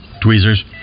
Tweezers